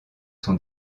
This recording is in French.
son